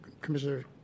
Commissioner